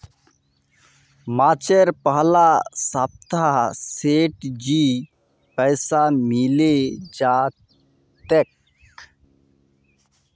मार्चेर पहला सप्ताहत सेठजीक पैसा मिले जा तेक